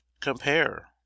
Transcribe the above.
Compare